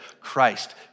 Christ